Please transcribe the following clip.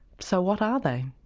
so what are they?